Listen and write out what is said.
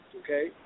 okay